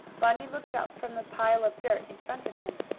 bunny looked up from the pile of dirt in front of him.